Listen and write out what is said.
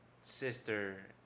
sister